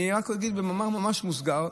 אני רק אגיד במאמר ממש מוסגר,